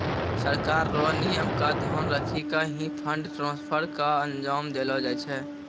सरकार र नियम क ध्यान रखी क ही फंड ट्रांसफर क अंजाम देलो जाय छै